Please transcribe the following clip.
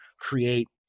create